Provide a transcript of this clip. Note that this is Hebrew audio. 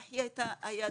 ואחי היה דמות